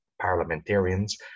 parliamentarians